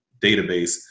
database